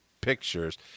Pictures